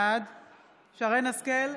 בעד שרן מרים השכל,